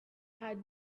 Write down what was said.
had